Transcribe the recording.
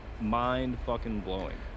mind-fucking-blowing